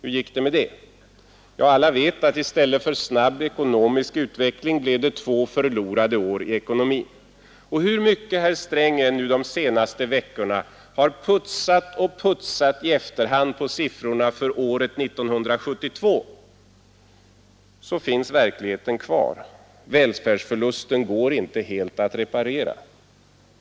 Alla vet att det i stället för snabb ekonomisk = Nr 108 utveckling blev två förlorade år i ekonomin. Hur mycket herr Sträng de Måndagen den senaste veckorna än har putsat och putsat i efterhand på siffrorna för 4 juni 1973 1972 finns verkligheten ändå kvar. Välfärdsförlusten går inte helt att : reparera.